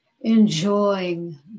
enjoying